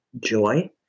joy